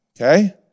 Okay